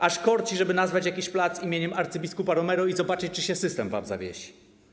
Aż korci, żeby nazwać jakiś plac imieniem abp. Romero i zobaczyć, czy się system wam zawiesi.